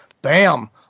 bam